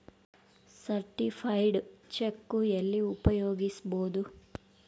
Certified cheque ಎಲ್ಲಿ ಉಪಯೋಗಿಸ್ಬೋದು?